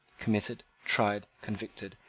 committed, tried, convicted,